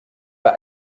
bei